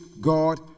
God